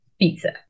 pizza